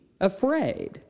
afraid